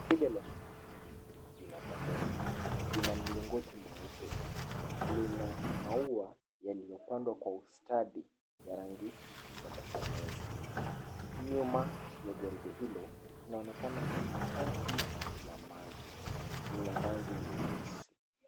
Gwaride la shule hili linapendeza. Lina mlingoti mweupe. Lina maua yaliyopandwa kwa ustadi wa rangi za kupendeza. Nyuma ya gwaride hilo, kunaonekana tanki la maji la rangi nyeusi.